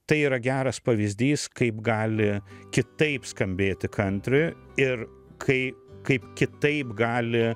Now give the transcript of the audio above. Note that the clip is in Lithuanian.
tai yra geras pavyzdys kaip gali kitaip skambėti kantri ir kai kaip kitaip gali